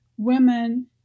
women